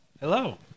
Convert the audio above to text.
Hello